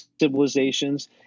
civilizations